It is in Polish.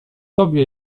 tobie